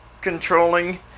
controlling